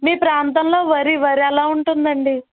మీ ప్రాంతంలో వరి వరి ఎలా ఉంటుందండి